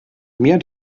mehr